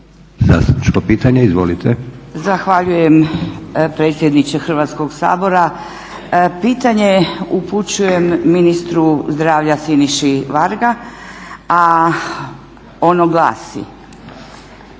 **Ilić, Marija (HSU)** Zahvaljujem predsjedniče Hrvatskog sabora. Pitanje upućujem ministru zdravlja Siniši Varga, a ono glasi,